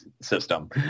system